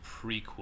prequel